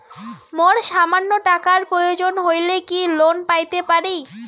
মোর সামান্য টাকার প্রয়োজন হইলে কি লোন পাইতে পারি?